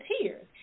tears